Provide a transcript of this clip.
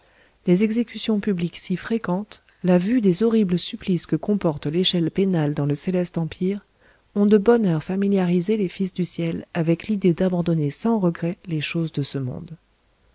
les exécutions publiques si fréquentes la vue des horribles supplices que comporte l'échelle pénale dans le céleste empire ont de bonne heure familiarisé les fils du ciel avec l'idée d'abandonner sans regret les choses de ce monde